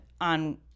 on